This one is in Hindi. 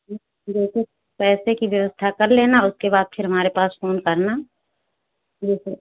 जैसे पैसे की व्यवस्था कर लेना उसके बाद फिर हमारे पास फोन करना जैसे